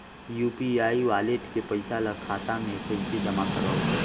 UPI wallet के पईसा ल खाता मे कइसे जमा करव?